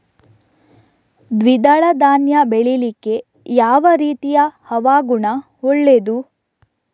ದ್ವಿದಳ ಧಾನ್ಯ ಬೆಳೀಲಿಕ್ಕೆ ಯಾವ ರೀತಿಯ ಹವಾಗುಣ ಒಳ್ಳೆದು?